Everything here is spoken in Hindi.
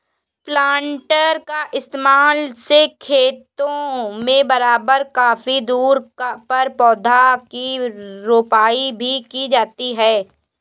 प्लान्टर का इस्तेमाल से खेतों में बराबर ककी दूरी पर पौधा की रोपाई भी की जाती है